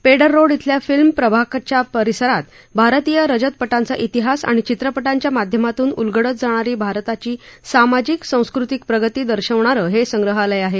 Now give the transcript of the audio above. Peddar road खिल्या film प्रभागच्या परिसरात भारतीय रजतपटांचा पिहास आणि चित्रपटांच्या माध्यमातून उलगडत जाणारी भारताची सामाजिक सांस्कृतिक प्रगती दर्शवणारं हे संग्रहालय आहे